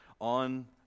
on